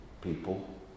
people